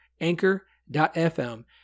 anchor.fm